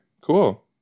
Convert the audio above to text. cool